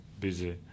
busy